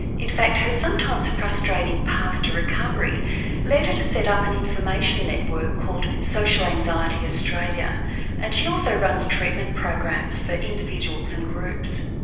in fact her sometimes frustrating path to recovery led her to set up an information network called social anxiety australia and she also runs treatment programs for individuals and groups.